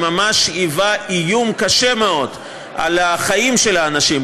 שממש היווה איום קשה מאוד על החיים של האנשים,